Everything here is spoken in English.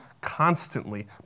Constantly